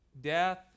death